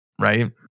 right